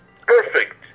perfect